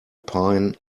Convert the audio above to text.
pine